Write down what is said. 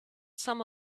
some